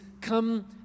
come